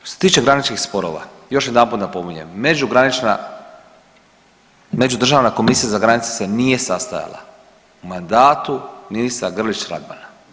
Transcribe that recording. Što se tiče graničkih sporova, još jedanput napominjem, međugranična, međudržavna komisija za granice se nije sastajala u mandatu ministra Grlić Radmana.